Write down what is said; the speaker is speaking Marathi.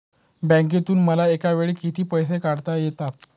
बँकेतून मला एकावेळी किती पैसे काढता येतात?